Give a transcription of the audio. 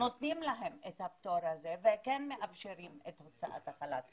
נותנים להן את הפטור הזה וכן מאפשרים את הוצאת החל"ת.